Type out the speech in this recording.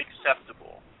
acceptable